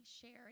shared